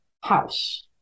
House